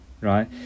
right